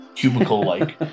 cubicle-like